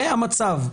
זה המצב.